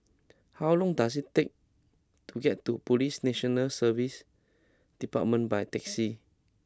how long does it take to get to Police National Service Department by taxi